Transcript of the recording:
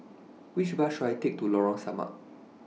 Which Bus should I Take to Lorong Samak